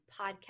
podcast